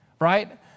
right